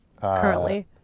currently